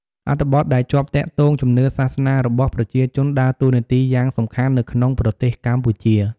អត្ថបទដែលជាប់ទាក់ទងជំនឿសាសនារបស់ប្រជាជនដើរតួនាទីយ៉ាងសំខាន់នៅក្នុងប្រទេសកម្ពុជា។